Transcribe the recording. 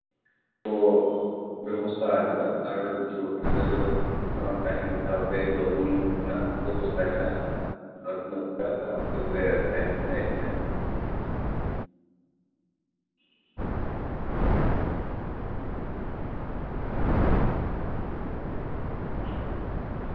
ᱠᱚ ᱵᱮᱵᱚᱥᱛᱟ ᱟᱠᱟᱫᱟ ᱟᱨ ᱠᱤᱪᱷᱩ ᱦᱳᱴᱮᱞ ᱨᱮᱫᱚ ᱛᱟᱦᱮᱱ ᱥᱟᱶᱛᱮ ᱡᱚᱢᱼᱧᱩ ᱨᱮᱱᱟᱜ ᱦᱚᱸ ᱵᱮᱵᱚᱥᱛᱟ ᱦᱮᱱᱟᱜᱼᱟ ᱟᱹᱵᱤᱱ ᱚᱠᱟ ᱦᱳᱴᱮᱞ ᱨᱮ ᱛᱟᱦᱮᱱ ᱥᱟᱱᱟᱭᱮᱫ ᱵᱮᱱᱟ